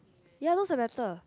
ya nose is better